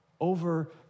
over